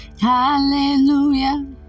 Hallelujah